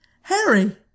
Harry